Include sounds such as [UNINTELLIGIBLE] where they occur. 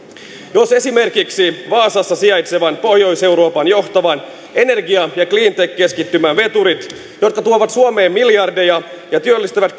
jos esimerkiksi vaasassa sijaitsevan pohjois euroopan johtavan energia ja cleantech keskittymän veturit jotka tuovat suomeen miljardeja ja työllistävät [UNINTELLIGIBLE]